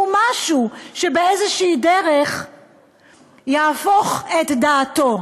משהו שבאיזושהי דרך יהפוך את דעתו.